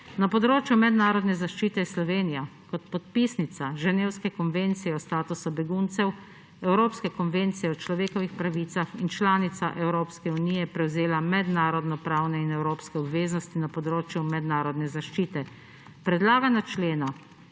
Na področju mednarodne zaščite je Slovenija kot podpisnica Ženevske konvencije o statusu beguncev, Evropske konvencije o človekovih pravicah in kot članica Evropske unije je prevzela mednarodnopravne in evropske obveznosti na področju mednarodne zaščite. Predlagana člena